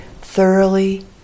thoroughly